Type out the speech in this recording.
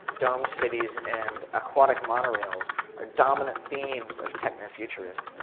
domed cities and aquatic monorails are dominant themes of techno-futurism.